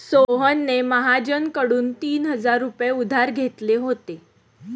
सोहनने महाजनकडून तीन हजार रुपये उधार घेतले होते